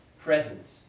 present